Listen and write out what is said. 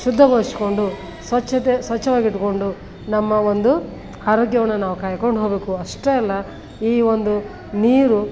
ಶುದ್ಧಗೊಳಿಸ್ಕೊಂಡು ಸ್ವಚ್ಛತೆ ಸ್ವಚ್ಛವಾಗಿಟ್ಟುಕೊಂಡು ನಮ್ಮ ಒಂದು ಆರೋಗ್ಯವನ್ನು ನಾವು ಕಾಯ್ಕೊಂಡು ಹೋಗಬೇಕು ಅಷ್ಟೇ ಅಲ್ಲ ಈ ಒಂದು ನೀರು